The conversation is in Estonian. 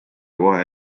kohe